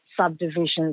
subdivisions